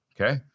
okay